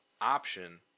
option